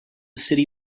city